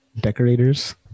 decorators